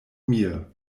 mir